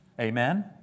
Amen